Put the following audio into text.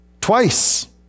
Twice